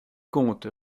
compte